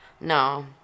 No